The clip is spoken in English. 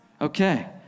Okay